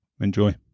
Enjoy